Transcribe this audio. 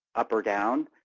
up or down,